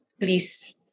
please